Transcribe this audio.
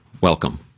welcome